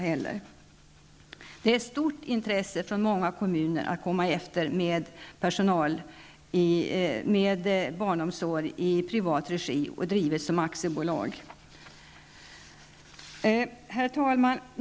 Det finns ett stort intresse i många kommuner av att driva barnomsorg i privat regi i aktiebolagsform. Herr talman!